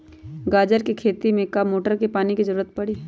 गाजर के खेती में का मोटर के पानी के ज़रूरत परी?